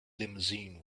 limousine